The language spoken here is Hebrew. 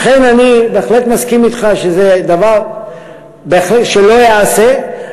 לכן אני בהחלט מסכים אתך שזה דבר שלא ייעשה,